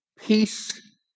peace